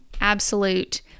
absolute